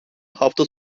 hafta